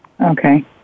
Okay